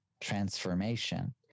transformation